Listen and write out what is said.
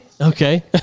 Okay